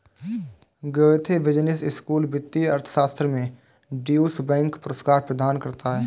Goethe business school वित्तीय अर्थशास्त्र में ड्यूश बैंक पुरस्कार प्रदान करता है